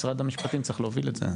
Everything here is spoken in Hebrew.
משרד המשפטים צריך להוביל את זה,